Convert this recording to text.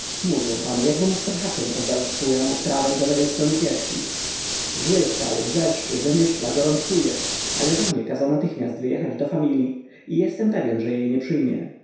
mówię panu jakby mu kto hakiem rozdarł skórę od prawej do lewej strony piersi zły stary wrzeszczy wymyśla gorączkuje ale żonie kazał natychmiast wyjechać do familii i jestem pewny że jej nie przyjmie